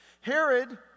Herod